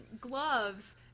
gloves